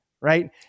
right